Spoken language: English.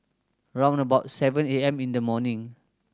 round about seven A M in the morning